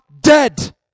dead